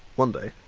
one day,